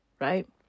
Right